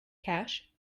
cash